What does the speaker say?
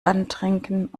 antrinken